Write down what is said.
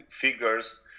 figures